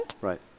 Right